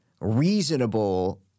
reasonable